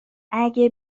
اگه